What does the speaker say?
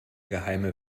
geheime